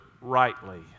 rightly